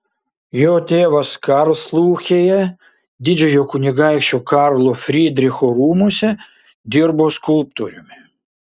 jo tėvas karlsrūhėje didžiojo kunigaikščio karlo frydricho rūmuose dirbo skulptoriumi